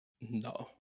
No